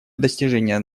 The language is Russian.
достижения